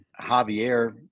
Javier